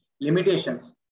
limitations